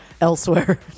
elsewhere